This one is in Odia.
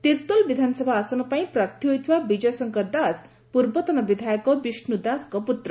ତିର୍ଭୋଲ ବିଧାନସଭା ଆସନ ପାଇଁ ପ୍ରାର୍ଥୀ ହୋଇଥିବା ବିଜୟ ଶଙ୍କର ଦାସ ପୂର୍ବତନ ବିଧାୟକ ବିଷ୍ଡୁ ଦାସଙ୍କ ପୁତ୍ର